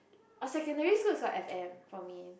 orh secondary school is called F_M for me